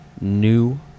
new